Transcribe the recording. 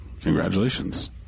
Congratulations